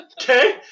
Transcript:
okay